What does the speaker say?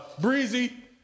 Breezy